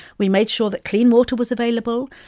we made sure that clean water was available.